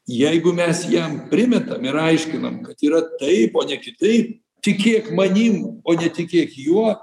jeigu mes jam primetam ir aiškinam kad yra taip o ne kitaip tikėk manim o netikėk juo